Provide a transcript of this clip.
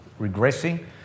regressing